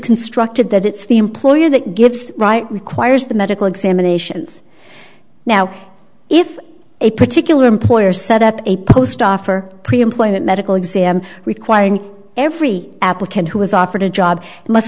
constructed that it's the employer that gives right requires the medical examinations now if a particular employer set up a post offer pre employment medical exam requiring every applicant who was offered a job